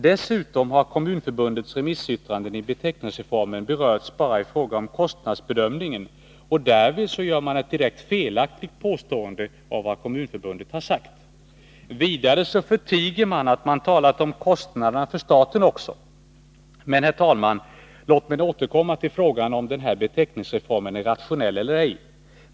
Dessutom har Kommunförbundets remissyttrande om beteckningsreformen berörts bara i fråga om kostnadsbedömningen, och därvid gör man ett direkt felaktigt påstående om vad Kommunförbundet har sagt. Vidare förtiger man att det har talats om kostnaderna för staten också. Men, herr talman, låt mig återkomma till frågan om den här beteckningsreformen är rationell eller ej.